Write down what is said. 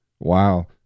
Wow